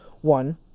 one